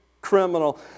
criminal